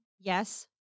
yes